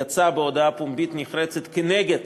יצא בהודעה פומבית נחרצת נגד